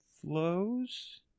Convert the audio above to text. flows